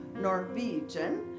Norwegian